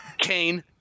Kane